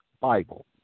Bible